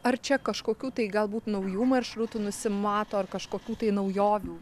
ar čia kažkokių tai galbūt naujų maršrutų nusimato ar kažkokių tai naujovių